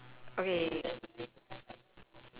ya ya lor